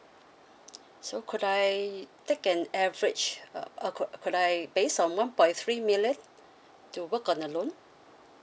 so could I take an average uh could could I based on one point three million to work on a loan